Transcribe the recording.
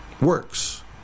works